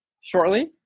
shortly